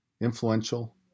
influential